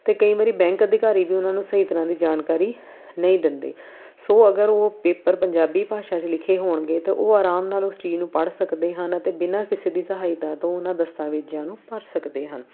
ਅਤੇ ਕਈ ਵਰੀ ਬੈਂਕ ਅਧਿਕਾਰੀ ਵੀ ਉਹਨਾਂ ਨੂੰ ਸਹੀ ਤਰ੍ਹਾਂ ਦੀ ਜਾਣਕਾਰੀ ਨਹੀਂ ਦਿੰਦੇ ਸੋ ਅਗਰ ਉਹ ਪੇਪਰ ਪੰਜਾਬੀ ਭਾਸ਼ਾ 'ਚ ਲਿਖੇ ਹੋਣਗੇ ਤਾਂ ਉਹ ਆਰਾਮ ਨਾਲ ਉਸ ਚੀਜ਼ ਨੂੰ ਪੜ੍ਹ ਸਕਦੇ ਹਨ ਅਤੇ ਬਿਨਾਂ ਕਿਸੇ ਦੀ ਸਹਾਇਤਾ ਤੋਂ ਉਹਨਾਂ ਦਸਤਾਵੇਜ਼ਾਂ ਨੂੰ ਭਰ ਸਕਦੇ ਹਨ